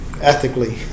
ethically